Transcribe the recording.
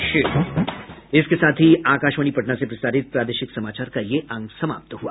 इसके साथ ही आकाशवाणी पटना से प्रसारित प्रादेशिक समाचार का ये अंक समाप्त हुआ